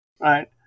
right